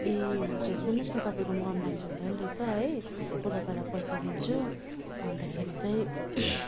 ए हुन्छ सुन्नु होस् न तपाईँकोमा अनलाइन त हुँदैन रहेछ है म तपाईँलाई पैसा दिन्छु अन्तखेरि चाहिँ